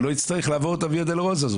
שלא יצטרך לעבור את ה- Via Dolorosa הזאת.